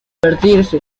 divertirse